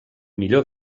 millor